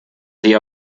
sie